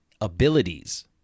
abilities